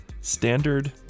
standard